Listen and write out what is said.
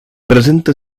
presenta